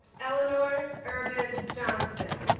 eleanor urban johnston